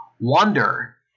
wonder